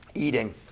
eating